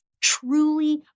truly